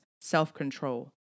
self-control